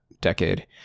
decade